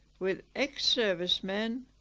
with ex-servicemen,